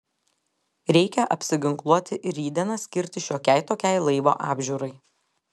reikia apsiginkluoti ir rytdieną skirti šiokiai tokiai laivo apžiūrai